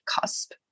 cusp